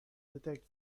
detect